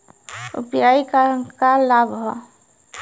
UPI क का का लाभ हव?